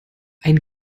ein